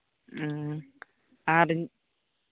ᱦᱮᱸ ᱟᱨ